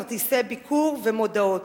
כרטיסי ביקור ומודעות.